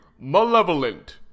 malevolent